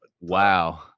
Wow